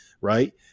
right